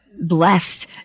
Blessed